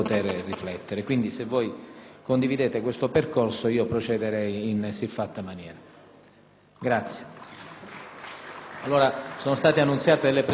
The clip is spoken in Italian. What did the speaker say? condividete questo percorso, io procederei in siffatta maniera.